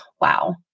wow